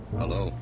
hello